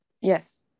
Yes